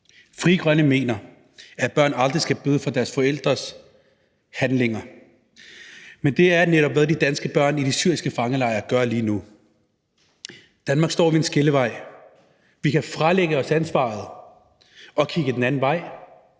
Frie Grønne mener, at børn aldrig skal bøde for deres forældres handlinger. Men det er netop, hvad de danske børn i de syriske fangelejre gør lige nu. Danmark står ved en skillevej. Vi kan fralægge os ansvaret og kigge den anden vej